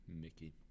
Mickey